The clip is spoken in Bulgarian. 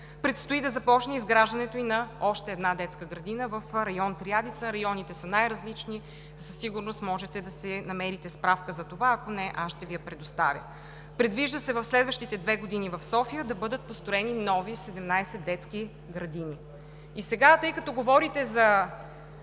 предстои да започне изграждането и на още една детска градина в район „Триадица“. Районните са най-различни, със сигурност можете да си намерите справка за това, ако не – аз ще Ви я предоставя. Предвижда се в следващите две години в София да бъдат построени нови 17 детски градини. Тъй като говорите за